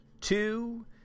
two